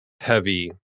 heavy